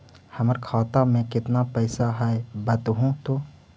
हमर खाता में केतना पैसा है बतहू तो?